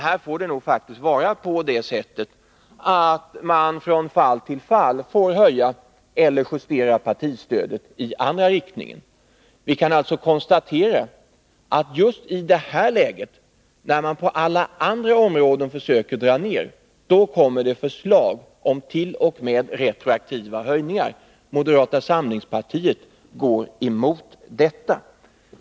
Här måste det nog vara på det sättet att man från fall till fall får höja partistödet eller justera det i den andra riktningen. Vi kan alltså konstatera att just i det här läget, när man på alla andra områden får dra ned, då kommer det förslag om t.o.m. retroaktiva höjningar. Moderata samlingspartiet går emot detta.